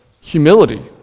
humility